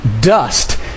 Dust